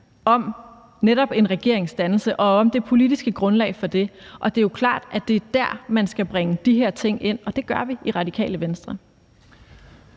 om netop en regeringsdannelse og om det politiske grundlag for det, og det er jo klart, at det er der, man skal bringe de her ting ind, og det gør vi i Radikale Venstre.